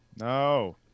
No